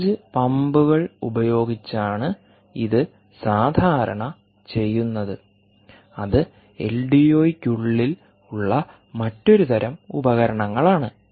charge പമ്പുകൾ ഉപയോഗിച്ചാണ് ഇത് സാധാരണ ചെയ്യുന്നത് അത് എൽഡിഒയ്ക്കുള്ളിൽ ഉള്ള മറ്റൊരു തരം ഉപകരണങ്ങളാണ്